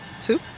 Two